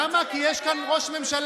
למה צריך נסיעות